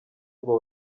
ngo